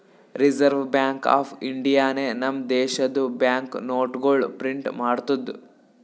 reserve bank of ಇಂಡಿಯಾನೆ ನಮ್ ದೇಶದು ಬ್ಯಾಂಕ್ ನೋಟ್ಗೊಳ್ ಪ್ರಿಂಟ್ ಮಾಡ್ತುದ್